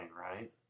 right